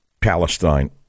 Palestine